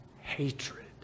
hatred